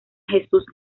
jesús